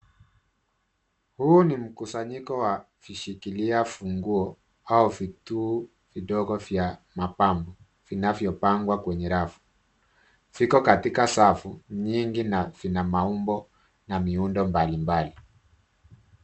Huu ni mkusanyiko wa vishikilia funguo au vitu vidogo vya mapambo vinavyopangwa kwenye rafu. Ziko katika safu nyingi na zina maumbo na miundo mbalimbali.